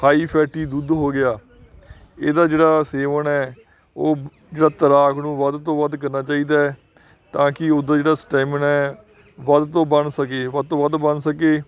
high fatty ਦੁੱਧ ਹੋ ਗਿਆ ਇਹਦਾ ਜਿਹੜਾ ਸੇਵਨ ਹੈ ਉਹ ਜਿਹੜਾ ਤੈਰਾਕ ਨੂੰ ਵੱਧ ਤੋਂ ਵੱਧ ਕਰਨਾ ਚਾਹੀਦਾ ਤਾਂ ਕਿ ਉਹਦਾ ਜਿਹੜਾ ਸਟੈਮਿਨਾ ਹੈ ਵੱਧ ਤੋਂ ਬਣ ਸਕੇ ਵੱਧ ਤੋਂ ਵੱਧ ਬਣ ਸਕੇ